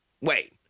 wait